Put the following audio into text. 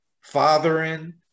fathering